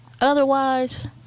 otherwise